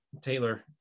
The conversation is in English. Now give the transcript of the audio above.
Taylor